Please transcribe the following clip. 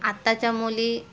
आत्ताच्या मुली